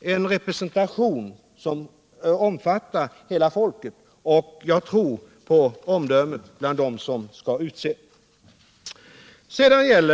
en representation som omfattar hela folket, och jag tror på omdömet hos de personer som har att utse representanter.